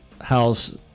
house